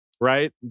right